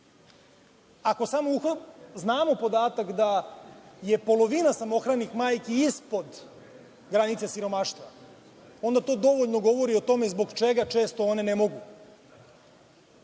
Ako znamo podatak da je polovina samohranih majki ispod granice siromaštva, onda to dovoljno govori o tome zbog čega često one ne mogu,